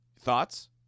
Thoughts